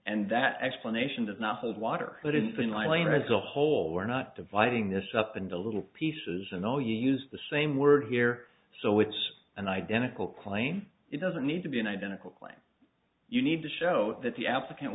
and that explanation does not hold water but in finland as a whole we're not dividing this up into little pieces and all use the same word here so it's an identical claim it doesn't need to be an identical claim you need to show that the applicant